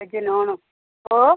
വെജ്ജും നോണും ഓ